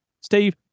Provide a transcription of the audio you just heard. Steve